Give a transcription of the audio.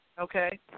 okay